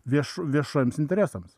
vieš viešiesiems interesams